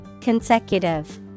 Consecutive